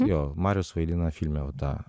jo marius vaidina filme va tą